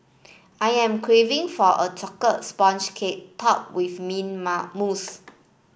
I am craving for a sponge cake top with mint mousse